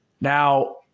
Now